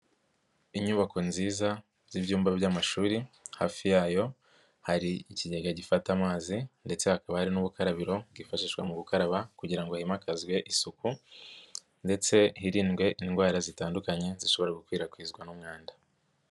Inyubako nziza z'ibyumba by'amashuri, hafi yayo hari ikigega gifata amazi ndetse hakaba hari n' ubukarabiro bwifashishwa mu gukaraba kugira ngo himakazwe isuku ndetse hirindwe indwara zitandukanye zishobora gukwirakwizwa n'umwanda.